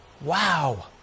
Wow